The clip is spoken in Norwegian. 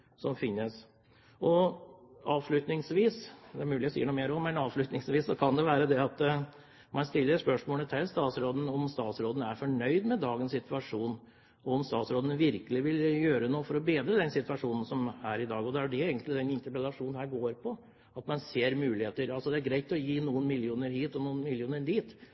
som finnes. Avslutningsvis – det er mulig jeg sier noe mer også – kan man spørre statsråden om han er fornøyd med dagens situasjon, om statsråden virkelig vil gjøre noe for å bedre den situasjonen som er i dag. Det er det denne interpellasjonen egentlig går på, at man ser muligheter. Det er greit å gi noen millioner hit og noen millioner dit.